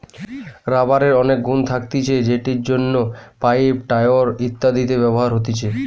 রাবারের অনেক গুন্ থাকতিছে যেটির জন্য পাইপ, টায়র ইত্যাদিতে ব্যবহার হতিছে